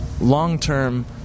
long-term